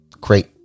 great